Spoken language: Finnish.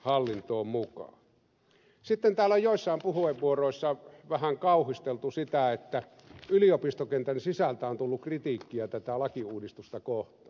sitten täällä on joissain puheenvuoroissa vähän kauhisteltu sitä että yliopistokentän sisältä on tullut kritiikkiä tätä lakiuudistusta kohtaan